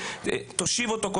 קודם כל תושיב אותו,